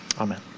Amen